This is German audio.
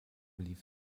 lief